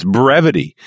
brevity